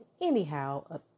anyhow